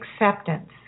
acceptance